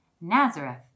Nazareth